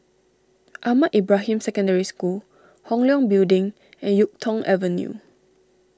Ahmad Ibrahim Secondary School Hong Leong Building and Yuk Tong Avenue